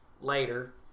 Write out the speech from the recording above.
later